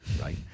right